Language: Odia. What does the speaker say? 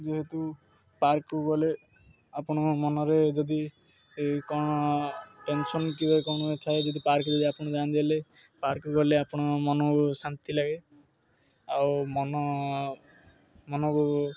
ଯେହେତୁ ପାର୍କକୁ ଗଲେ ଆପଣଙ୍କ ମନରେ ଯଦି କ'ଣ ଟେନସନ୍ କିମ୍ବା କ'ଣ ଏ ଥାଏ ଯଦି ପାର୍କ ଯଦି ଆପଣ ଜାଣିଦେଲେ ପାର୍କ ଗଲେ ଆପଣ ମନକୁ ଶାନ୍ତି ଲାଗେ ଆଉ ମନ ମନକୁ